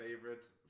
favorites